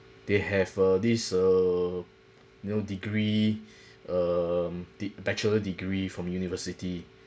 they have uh these err no degree um de~ bachelor degree from university